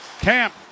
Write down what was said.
Camp